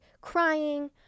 crying